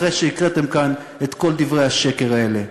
אחרי שהקראתם כאן את כל דברי השקר האלה.